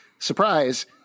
Surprise